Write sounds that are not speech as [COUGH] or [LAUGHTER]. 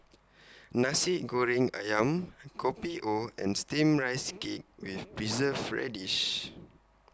[NOISE] Nasi Goreng Ayam Kopi O and Steamed Rice Cake with Preserved Radish